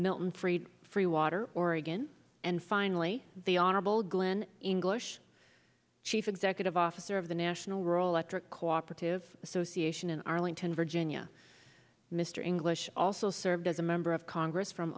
milton fried free water oregon and finally the honorable glenn english chief executive officer of the national rural ector cooperative association in arlington virginia mr english also served as a member of congress from